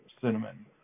cinnamon